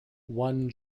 won